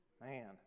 Man